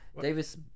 Davis